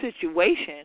situation